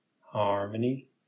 harmony